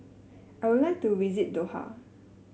I would like to visit Doha